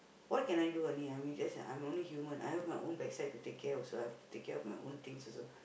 what I can do only I mean just I am only human I have my own backside to take care also I have to take care of my own things also